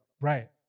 Right